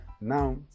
now